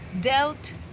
dealt